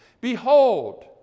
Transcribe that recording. Behold